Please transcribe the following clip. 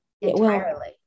entirely